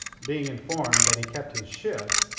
being informed that he kept his ship,